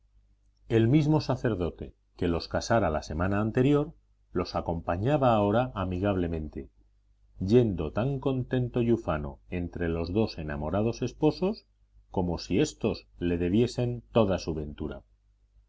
el mismo sacerdote que los casara la semana anterior los acompañaba ahora amigablemente yendo tan contento y ufano entre los dos enamorados esposos como si éstos le debiesen toda su ventura